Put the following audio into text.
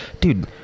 Dude